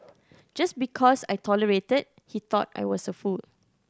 just because I tolerated he thought I was a fool